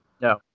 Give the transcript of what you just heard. No